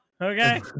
Okay